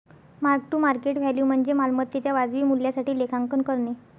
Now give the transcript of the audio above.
mark to market value म्हणजे मालमत्तेच्या वाजवी मूल्यासाठी लेखांकन करणे